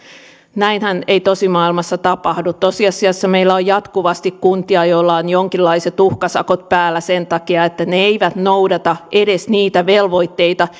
näinhän ei tosimaailmassa tapahdu tosiasiassa meillä on jatkuvasti kuntia joilla on jonkinlaiset uhkasakot päällä sen takia että ne eivät noudata edes niitä velvoitteita